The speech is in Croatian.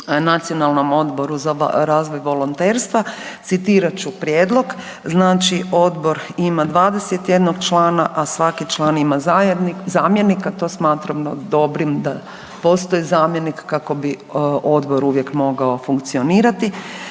Nacionalnom odboru za razvoj volonterstva citirat ću prijedlog. Znači odbor ima 21 člana, a svaki član ima zamjenika, to smatramo dobrim da postoji zamjenik kako bi odbor uvijek mogao funkcionirati.